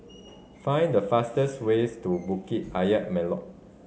find the fastest ways to Bukit Ayer Molek